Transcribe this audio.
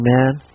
Amen